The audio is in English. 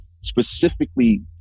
specifically